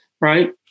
Right